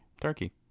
Turkey